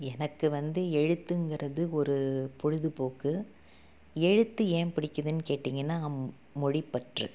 எனக்கு வந்து எழுத்துங்கறது ஒரு பொழுதுபோக்கு எழுத்து ஏன் பிடிக்குதுன்னு கேட்டிங்கன்னால் மொழிப்பற்று